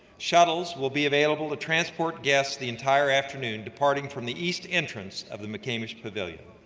shuttles will be available to transport guests the entire afternoon, departing from the east entrance of the mccamish pavilion.